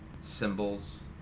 Symbols